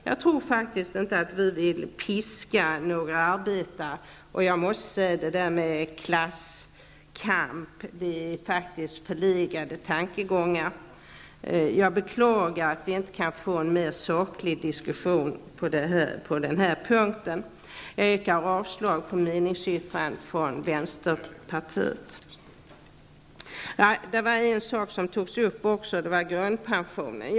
Jag tror faktiskt inte att det från vår sida handlar om en önskan att piska arbetare. Jag måste också säga att talet om klasskampen är en förlegad tankegång. Jag beklagar att det inte går att få en mera saklig diskussion på den punkten. Jag yrkar således avslag på vänsterpartiets meningsyttring. En annan sak som har tagits upp är grundpensionen.